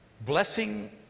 blessing